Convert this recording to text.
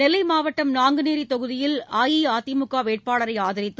நெல்லை மாவட்டம் நாங்குநேரி தொகுதி அஇஅதிமுக வேட்பாளரை ஆதரித்து